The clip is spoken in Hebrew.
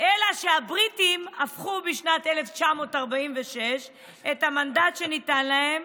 אלא שהבריטים הפרו בשנת 1946 את המנדט שניתן להם,